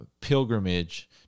pilgrimage